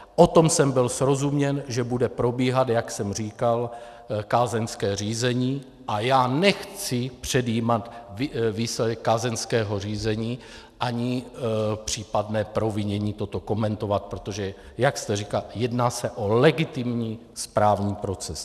O tom jsem byl vyrozuměn, že bude probíhat, jak jsem říkal, kázeňské řízení, a já nechci předjímat výsledek kázeňského řízení ani případné provinění komentovat, protože jak jsem říkal, jedná se o legitimní správní proces.